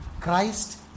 Christ